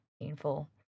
painful